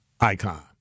icon